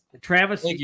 Travis